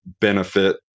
benefit